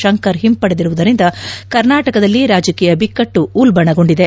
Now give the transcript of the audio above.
ಶಂಕರ್ ಹಿಂಪಡೆದಿರುವುದರಿಂದ ಕರ್ನಾಟಕದಲ್ಲಿ ರಾಜಕೀಯ ಬಿಕ್ಕಟ್ಟು ಉಲ್ಪಣಗೊಂಡಿದೆ